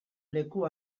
leku